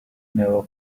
never